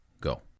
go